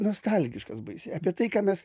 nostalgiškas baisiai apie tai ką mes